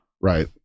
right